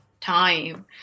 time